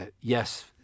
yes